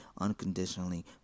unconditionally